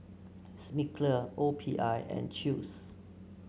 Smiggle O P I and Chew's